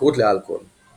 התמכרות לאלכוהול –